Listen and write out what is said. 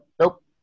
nope